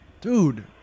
Dude